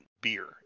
beer